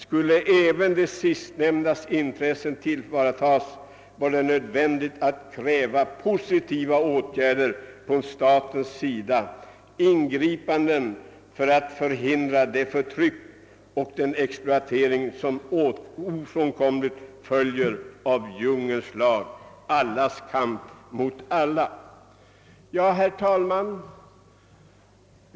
Skulle även de sistnämndas intressen tillvaratagas, var det nödvändigt att kräva positiva åtgärder från statens sida, ingripanden för att förhindra det förtryck och den exploatering som ofrånkomligt följer av djungelns lag, allas kamp mot alla.» Herr talman!